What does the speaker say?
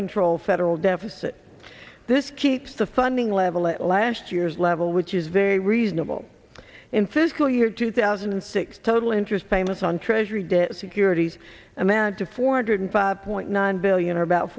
control federal deficit this keeps the funding level at last year's level which is very reasonable in fiscal year two thousand and six total interest payments on treasury debt securities amount to four hundred five point nine billion or about